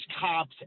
cops